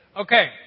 Okay